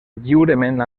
lliurement